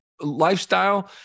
lifestyle